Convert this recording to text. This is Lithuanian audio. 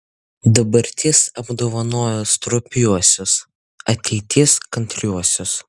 dabartis apdovanoja stropiuosius ateitis kantriuosius